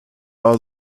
are